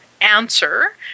answer